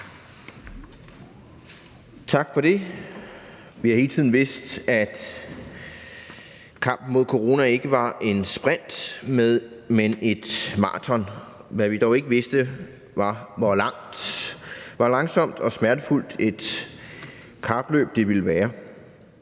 Tak for det. Vi har hele tiden vidst, at kampen mod corona ikke var en sprint, men et maraton. Hvad vi dog ikke vidste, var, hvor langsomt og smertefuldt et kapløb det ville være.